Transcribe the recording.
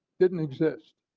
didn't exist.